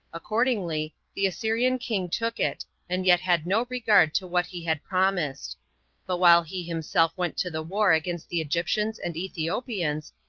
accordingly, the assyrian king took it, and yet had no regard to what he had promised but while he himself went to the war against the egyptians and ethiopians,